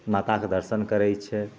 माताके दर्शन करै छै